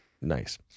Nice